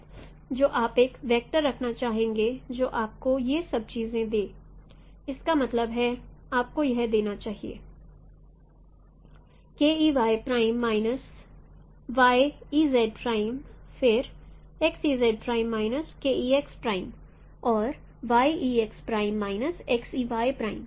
तो आप एक वेक्टर रखना चाहेंगे जो आपको ये सब चीजें दे इसका मतलब है इसे आपको यह देना चाहिए k e y prime minus y e z prime फिर x e z prime minus k e x prime और y e x prime minus x e y prime